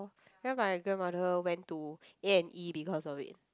then my grandmother went to A-and-E because of it